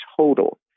total